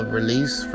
release